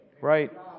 Right